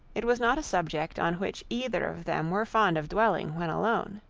it was not a subject on which either of them were fond of dwelling when alone.